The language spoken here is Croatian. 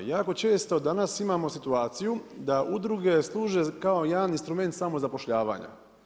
Jako često danas imamo situaciju, da udruge služe kao jedan instrument samozapošljavanja.